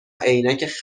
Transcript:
عینک